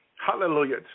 Hallelujah